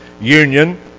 union